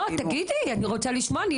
אני רוצה לשמוע.